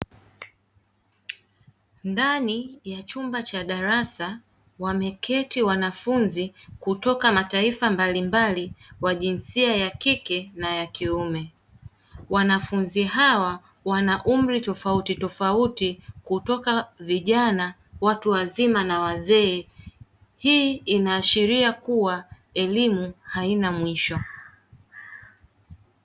Ndani ya chumba cha darasa wameketi wanafunzi kutoka mataifa mbalimbali; wa jinsia ya kike na ya kiume. Wanafunzi hawa wana umri tofautitofauti kutoka vijana, watu wazima na wazee. Hii inaashiria kuwa elimu haina mwisho.